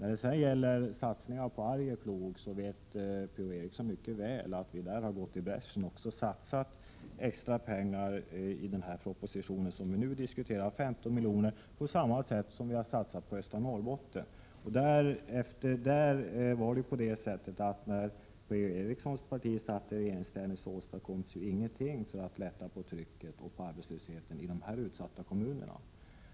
Beträffande satsningar på Arjeplog vet Per-Ola Eriksson mycket väl att vi har gått i bräschen för att satsa extra pengar. I den proposition som vi nu diskuterar föreslås 15 milj.kr., på samma sätt som vi har satsat på östra Norrbotten. När Per-Ola Erikssons parti satt i regeringsställning åstadkoms Prot. 1987/88:132 ingenting för att lätta på trycket och minska arbetslösheten i dessa utsatta 2 juni 1988 kommuner.